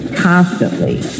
constantly